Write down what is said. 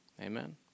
Amen